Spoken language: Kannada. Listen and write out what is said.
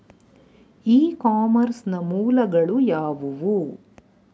ಇ ಕಾಮರ್ಸ್ ನ ಮೂಲಗಳು ಯಾವುವು?